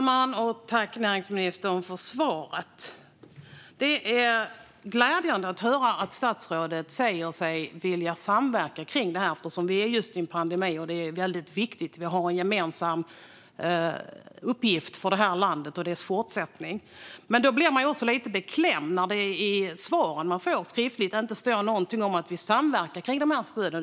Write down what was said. Fru talman! Tack, näringsministern, för svaret! Det är glädjande att höra att statsrådet säger sig vilja samverka kring detta eftersom vi ju befinner oss i en pandemi. Det är väldigt viktigt, och vi har en gemensam uppgift för landet och dess fortsättning. Därför blev jag lite beklämd när det i det skriftliga svaret jag fick inte står någonting om att vi samverkar kring stöden.